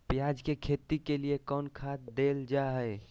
प्याज के खेती के लिए कौन खाद देल जा हाय?